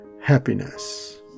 happiness